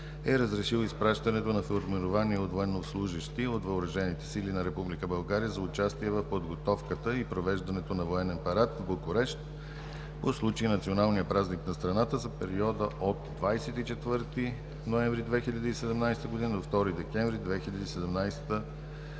е разрешил изпращането на формирование от военнослужещи от въоръжените сили на Република България за участие в подготовката и провеждането на военен парад в Букурещ по случай националния празник на страната за периода от 24 ноември 2017 г. до 2 декември 2017 г.